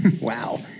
Wow